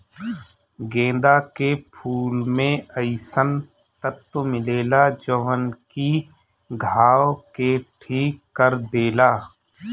गेंदा के फूल में अइसन तत्व मिलेला जवन की घाव के ठीक कर देला